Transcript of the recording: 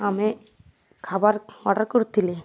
ଆମେ ଖାଇବାର୍ ଅର୍ଡ଼ର୍ କରଥିଲି